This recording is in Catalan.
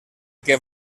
que